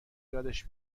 یادش